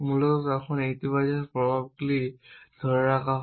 মূলত তখন ইতিবাচক প্রভাবগুলি ধরে রাখা হয়